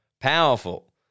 powerful